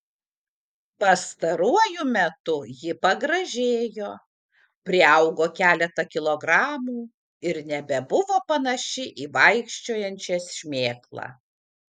pastaruoju metu ji pagražėjo priaugo keletą kilogramų ir nebebuvo panaši į vaikščiojančią šmėklą